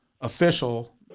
official